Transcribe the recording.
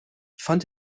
fand